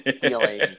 feeling